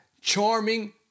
charming